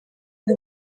ngo